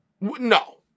No